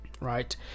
right